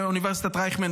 מאוניברסיטת רייכמן,